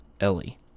Ellie